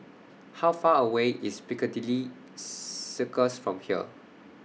How Far away IS Piccadilly Circus from here